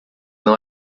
não